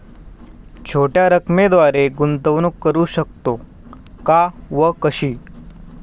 छोट्या रकमेद्वारे गुंतवणूक करू शकतो का व कशी?